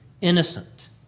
innocent